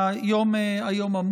אתה בכל זאת רוצה הודעה?